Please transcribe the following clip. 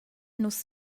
nu’s